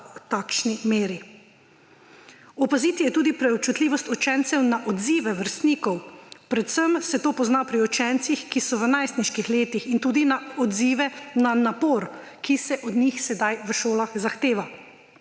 v takšni meri. Opaziti je tudi preobčutljivost učencev na odzive vrstnikov, predvsem se to pozna pri učencih, ki so v najstniških letih, in tudi na odzive na napor, ki se od njih sedaj v šolah zahteva.